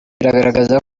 biragaragaza